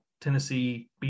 Tennessee